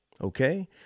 Okay